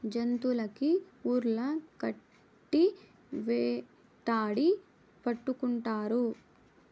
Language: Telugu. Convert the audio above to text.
జంతులకి ఉర్లు కట్టి వేటాడి పట్టుకుంటారు